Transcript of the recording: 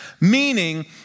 Meaning